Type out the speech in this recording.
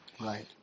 Right